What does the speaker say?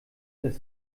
das